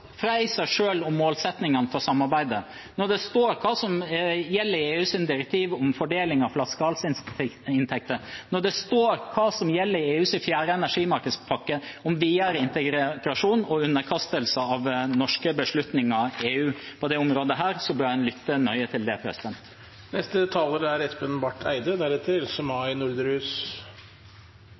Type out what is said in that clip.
fra ACER selv om målsettingene for samarbeidet, når det står hva som gjelder i EUs direktiv om fordeling av flaskehalsinntekter, når det står hva som gjelder i EUs fjerde energimarkedspakke om videre integrasjon og underkastelse når det gjelder norske beslutninger i EU på dette området – bør lytte nøye til det.